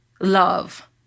Love